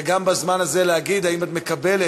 ובזמן הזה גם להגיד אם את מקבלת